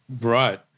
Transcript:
Right